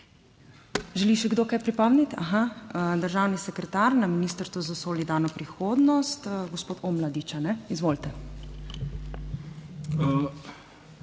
Želi še kdo kaj pripomniti? Aha, državni sekretar na Ministrstvu za solidarno prihodnost. Gospod Omladič, a ne? Izvolite.